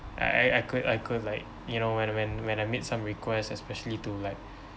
I I I could I could like you know when I when when I made some request especially to like